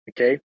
okay